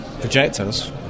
projectors